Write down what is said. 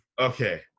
Okay